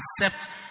Accept